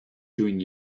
doing